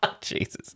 Jesus